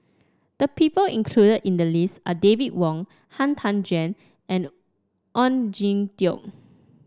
the people included in the list are David Wong Han Tan Juan and Oon Jin Teik